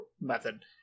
method